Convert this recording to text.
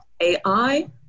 AI